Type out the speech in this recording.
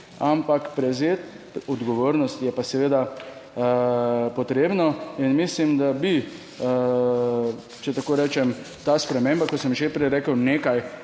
ampak prevzeti odgovornost je pa seveda potrebno in mislim, da bi, če tako rečem, ta sprememba, kot sem že prej rekel, nekaj